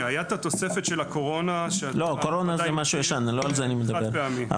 הייתה את התוספת של הקורונה שאולי אתה --- חד-פעמי.